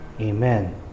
Amen